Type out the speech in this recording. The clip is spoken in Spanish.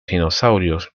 dinosaurios